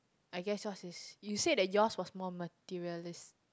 I guess yours is you said that yours was more materialis~